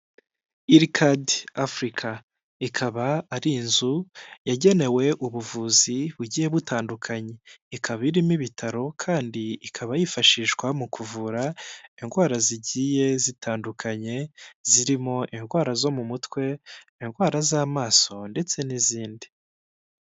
Irikade Afurika ikaba ari inzu yagenewe ubuvuzi bugiye butandukanye, ikaba irimo ibitaro kandi ikaba yifashishwa mu kuvura indwara zigiye zitandukanye zirimo indwara zo mu mutwe indwara z'amaso ndetse n'izindi.